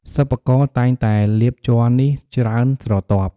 សិប្បករ តែងតែលាបជ័រនេះច្រើនស្រទាប់។